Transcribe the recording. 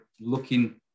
looking